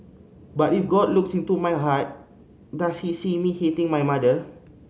but if God looks into my heart does he see me hating my mother